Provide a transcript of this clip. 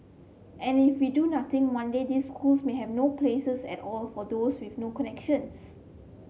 and if we do nothing one day these schools may have no places at all for those with no connections